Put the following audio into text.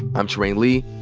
i'm trymaine lee.